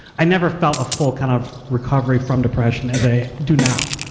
i never felt a full kind of recovery from depression, as they do now.